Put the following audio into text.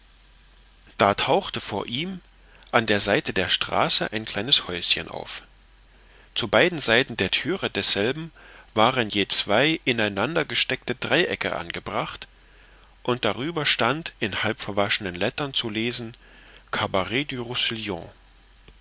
da tauchte vor ihm an der seite der straße ein kleines häuschen auf zu beiden seiten der thüre desselben waren je zwei in einander gesteckte dreiecke angebracht und darüber stand in halb verwaschenen lettern zu lesen